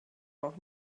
auch